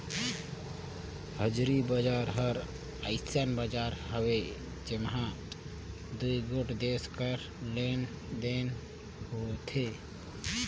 हाजरी बजार हर अइसन बजार हवे जेम्हां दुगोट देस कर लेन देन होथे